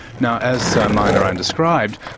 now, as so maya narayan described,